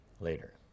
later